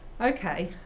Okay